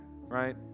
right